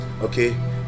okay